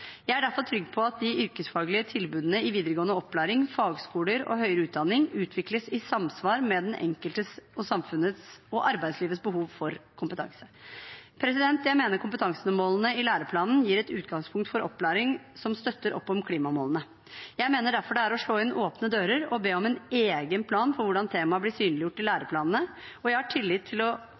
Jeg er derfor trygg på at de yrkesfaglige tilbudene i videregående opplæring, fagskoler og høyere utdanning utvikles i samsvar med den enkeltes, samfunnets og arbeidslivets behov for kompetanse. Jeg mener kompetansemålene i læreplanene gir et utgangspunkt for opplæring som støtter opp om klimamålene. Jeg mener derfor det er å slå inn åpne dører å be om en egen plan for hvordan temaet blir synliggjort i læreplanene. Jeg har tillit til at lærerne jobber godt med å